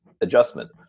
adjustment